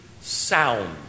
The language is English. sound